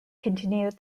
continued